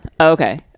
Okay